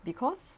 because